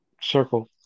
circle